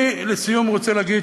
ולסיום, אני רוצה להגיד